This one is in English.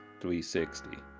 360